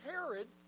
Herod